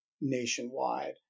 nationwide